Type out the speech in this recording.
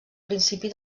principi